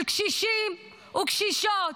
של קשישים וקשישות,